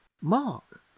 mark